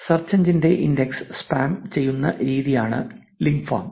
search എഞ്ചിന്റെ index spam ചെയ്യുന്ന രീതിയാണ് ലിങ്ക് ഫാം